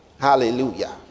Hallelujah